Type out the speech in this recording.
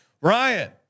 Ryan